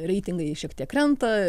reitingai šiek tiek krenta